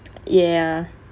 ya